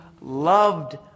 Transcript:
loved